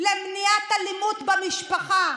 למניעת אלימות במשפחה,